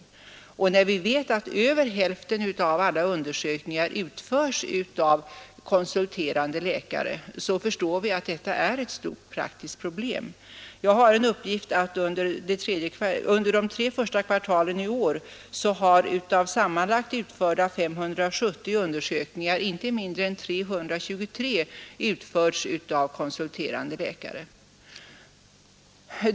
Och när vi vet att över hälften av alla undersökningar utförs av konsulterande läkare, förstår vi att detta är ett stort praktiskt problem. Jag har en uppgift om att av sammanlagt utförda 570 undersökningar under de tre första kvartalen i år inte mindre än 323 har utförts av konsulterande läkare.